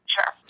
Sure